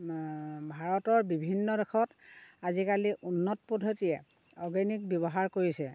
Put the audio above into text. ভাৰতৰ বিভিন্ন দেশত আজিকালি উন্নত পদ্ধতিৰে অৰ্গেনিক ব্যৱহাৰ কৰিছে